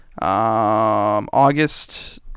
august